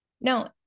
No